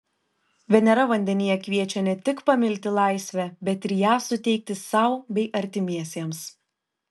venera vandenyje kviečia ne tik pamilti laisvę bet ir ją suteikti sau bei artimiesiems